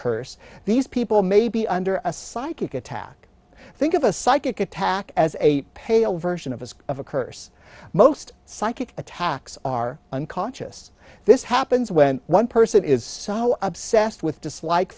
curse these people maybe under a psychic attack think of a psychic attack as a pale version of a of a curse most psychic attacks are unconscious this happens when one person is so obsessed with dislike